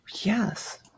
yes